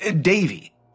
Davy